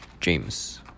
James